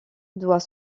doit